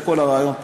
זה כל הרעיון פה.